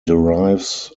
derives